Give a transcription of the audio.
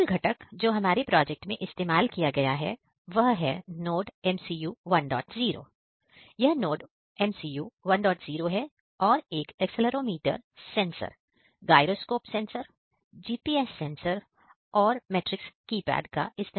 मूल घटक जो हमारे प्रोजेक्ट में इस्तेमाल किया गया है वह है NodeMCU 10